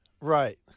Right